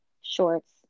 shorts